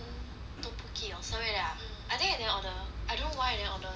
tteokbokki or something like that ah I think you never order I don't know why I never order crazy right